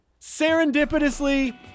serendipitously